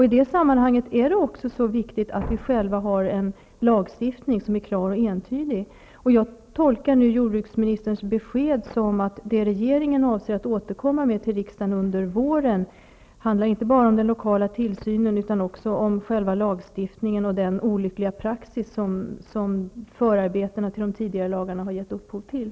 I det sammanhanget är det också viktigt att vi själva har en lagstiftning som är klar och entydig. Jag tolkar jordbruksministerns besked så att det regeringen avser att återkomma med till riksdagen under våren inte bara handlar om den lokala tillsynen utan också om själva lagstiftningen och den olyckliga praxis som förarbetena till de tidigare lagarna har gett upphov till.